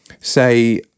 say